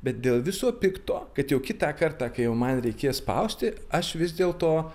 bet dėl viso pikto kad jau kitą kartą kai jau man reikės spausti aš vis dėl to